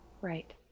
right